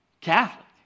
Catholic